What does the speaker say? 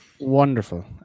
Wonderful